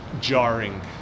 jarring